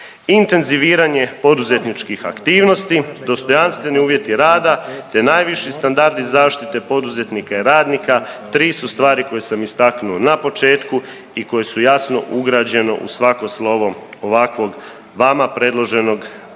Intenziviranje poduzetničkih aktivnosti, dostojanstveni uvjeti rada, te najviši standardi zaštite poduzetnika i radnika, tri su stvari koje sam istaknuo na početku i koje su jasno ugrađeno u svako slovo ovakvog vama predloženog Zakona